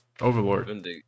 Overlord